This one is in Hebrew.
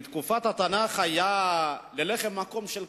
בתקופת התנ"ך היה ללחם מקום של כבוד,